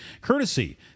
courtesy